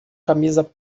camisa